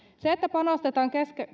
sillä että panostetaan